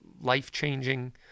life-changing